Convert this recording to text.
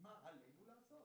מה עלינו לעשות?